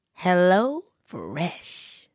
HelloFresh